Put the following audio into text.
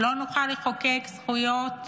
לא נוכל לחוקק זכויות